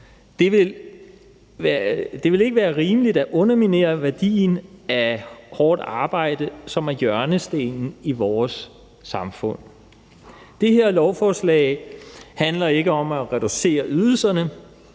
Det vil ikke være rimeligt at underminere værdien af hårdt arbejde, som er hjørnestenen i vores samfund. Det her lovforslag handler ikke om at reducere ydelserne.